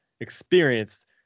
experienced